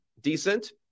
Decent